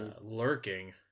lurking